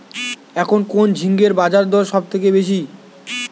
এখন কোন ঝিঙ্গের বাজারদর সবথেকে বেশি?